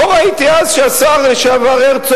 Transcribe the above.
לא ראיתי אז שהשר הרצוג,